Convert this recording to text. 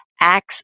acts